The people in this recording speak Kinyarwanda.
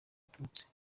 abatutsi